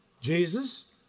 Jesus